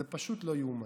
זה פשוט לא יאומן.